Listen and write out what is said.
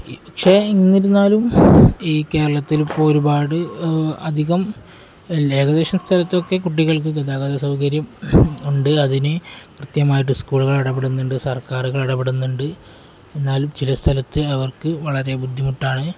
പക്ഷെ എന്നിരുന്നാലും ഈ കേരളത്തില് ഇപ്പോള് ഒരുപാട് അധികം ഏകദേശം സ്ഥലത്തൊക്കെ കുട്ടികൾക്ക് ഗതാഗതസൗകര്യം ഉണ്ട് അതിന് കൃത്യമായിട്ട് സ്കൂളുകൾ ഇടപെടുന്നുണ്ട് സർക്കാറുകള് ഇടപെടുന്നുണ്ട് എന്നാലും ചില സ്ഥലത്ത് അവർക്ക് വളരെ ബുദ്ധിമുട്ടാണ്